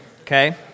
okay